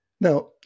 Now